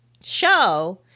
show